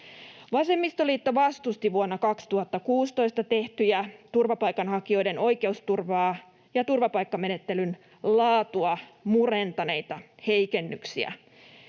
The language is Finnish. Vasemmistoliitto vastusti vuonna 2016 tehtyjä turvapaikanhakijoiden oikeusturvaa ja turvapaikkamenettelyn laatua murentaneita heikennyksiä.